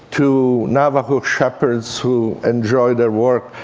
to navajo shepherds who enjoy their work.